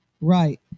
Right